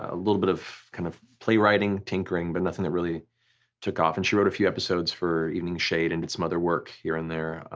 a little bit of kind of playwriting tinkering, but nothing that really took off, and she wrote a few episodes for evening shade and did some other work here and there.